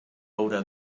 haurà